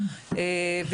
כן.